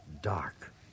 dark